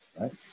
right